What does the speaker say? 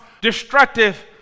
destructive